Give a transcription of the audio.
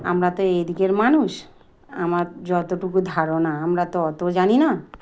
আমরা তো এদিকের মানুষ আমার যতটুকু ধারণা আমরা তো অত জানি না